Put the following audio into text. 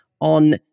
on